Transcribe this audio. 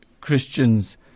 Christians